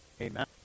Amen